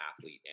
athlete